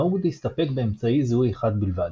נהוג להסתפק באמצעי זיהוי אחד בלבד.